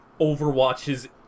Overwatch's